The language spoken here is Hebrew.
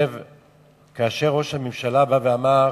כאשר ראש הממשלה בא ואמר